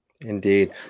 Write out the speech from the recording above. Indeed